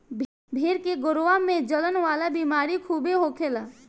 भेड़ के गोड़वा में जलन वाला बेमारी खूबे होखेला